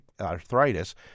arthritis